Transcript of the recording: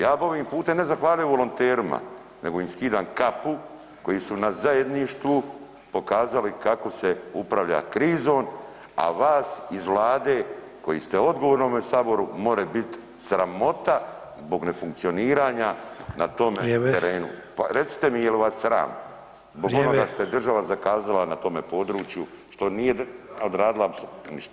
Ja bih ovim putem ne zahvalio volonterima, nego im skidam kapu koji su na zajedništvu pokazali kako se upravlja krizom, a vas iz Vlade koji ste odgovorni ovome Saboru može biti sramota zbog nefunkcioniranja na tome terenu [[Upadica Sanader: Vrijeme.]] Recite mi, jel' vas sram zbog onoga što je država zakazala na tome području što nije odradila ništa?